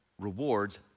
rewards